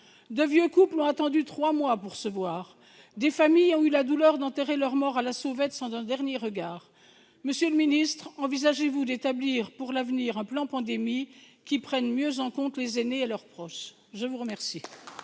De vieux couples ont attendu trois mois pour se voir. Des familles ont eu la douleur d'enterrer leur mort à la sauvette, sans un dernier regard ... Monsieur le ministre, envisagez-vous d'établir pour l'avenir un plan Pandémie qui prenne mieux en compte les aînés et leurs proches ? La parole